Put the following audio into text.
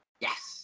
Yes